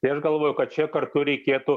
tai aš galvoju kad čia kartu reikėtų